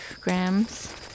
grams